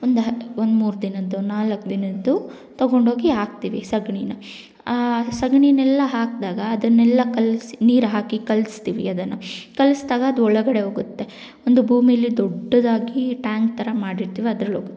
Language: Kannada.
ಒಂದು ಹ ಒಂದು ಮೂರು ದಿನದ್ದು ನಾಲ್ಕು ದಿನದ್ದು ತೊಗೊಂಡೋಗಿ ಹಾಕ್ತೀವಿ ಸೆಗ್ಣಿನ ಆ ಸೆಗಣಿನ್ನೆಲ್ಲ ಹಾಕ್ದಾಗ ಅದನ್ನೆಲ್ಲ ಕಲೆಸಿ ನೀರು ಹಾಕಿ ಕಲೆಸ್ತೀವಿ ಅದನ್ನು ಕಲೆಸ್ದಾಗ ಅದು ಒಳಗಡೆ ಹೋಗುತ್ತೆ ಒಂದು ಭೂಮೀಲಿ ದೊಡ್ಡದಾಗಿ ಟ್ಯಾಂಕ್ ಥರ ಮಾಡಿರ್ತೀವಿ ಅದ್ರಲ್ಲೋಗುತ್ತೆ